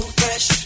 fresh